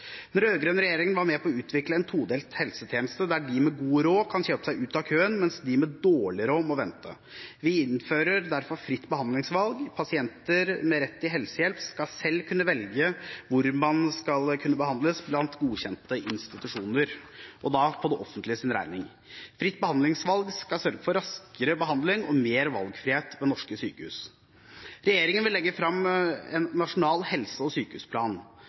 Den rød-grønne regjeringen var med på å utvikle en todelt helsetjeneste, der de med god råd kan kjøpe seg ut av køen, mens de med dårlig råd må vente. Vi innfører derfor fritt behandlingsvalg. Pasienter med rett til helsehjelp skal selv kunne velge hvor man skal kunne behandles blant godkjente institusjoner – på det offentliges regning. Fritt behandlingsvalg skal sørge for raskere behandling og mer valgfrihet ved norske sykehus. Regjeringen vil legge frem en nasjonal helse- og sykehusplan.